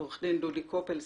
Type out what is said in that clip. עורך הדין דודי קופל,